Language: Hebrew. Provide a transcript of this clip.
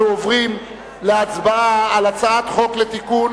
אנחנו עוברים להצבעה על הצעת חוק לתיקון